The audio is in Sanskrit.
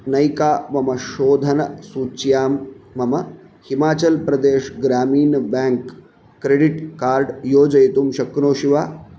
नैका मम शोधनसूच्यां मम हिमाचलप्रदेशग्रामीण बेङ्क् क्रेडिट् कार्ड् योजयितुं शक्नोषि वा